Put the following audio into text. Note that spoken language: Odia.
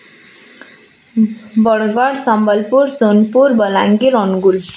ବରଗଡ଼ ସମ୍ବଲପୁର ସୋନପୁର ବଲାଙ୍ଗୀର ଅନୁଗୁଳ